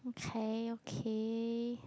okay okay